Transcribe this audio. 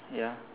ya